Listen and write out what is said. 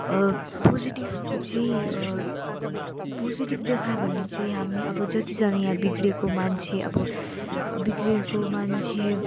पोजिटिभको चाहिँ पोजिटिभ देखायो भने चाहिँ हामी अब जतिजना यहाँ बिग्रेको मान्छे अब अब बिग्रेको मान्छे